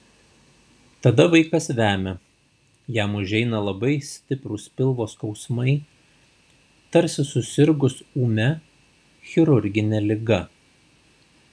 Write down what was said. tada vaikas vemia jam užeina labai stiprūs pilvo skausmai tarsi susirgus ūmia chirurgine liga